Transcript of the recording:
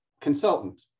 consultant